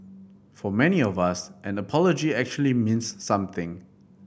for many of us an apology actually means something